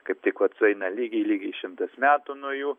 kaip tik vat sueina lygiai lygiai šimtas metų nuo jų